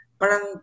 parang